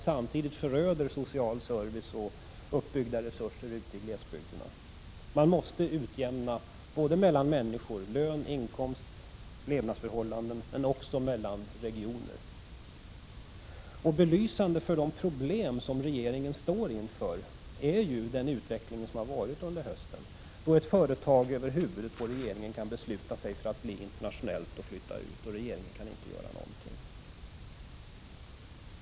Samtidigt föröder man social service och uppbyggda resurser ute i glesbygderna. Det måste ske en utjämning av människors inkomster och levnadsförhållanden liksom en utjämning mellan regionernas villkor. Belysande för de problem som regeringen står inför är den utveckling som har ägt rum under hösten. Ett företag har över huvudet på regeringen kunnat besluta sig för att bli internationellt och flytta ut ur landet. Regeringen kan inte göra någonting åt detta.